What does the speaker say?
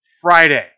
Friday